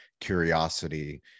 curiosity